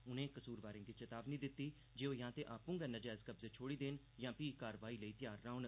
उनें कसूरवारें गी चेतावनी दित्ती जे ओह् यां ते आपूं गै नजैज कब्जे छोड़ी देन यां पही कार्रवाई लेई तैयार रौह्न